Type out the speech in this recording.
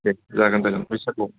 जागोन जागोन बैसागुआव